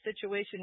situation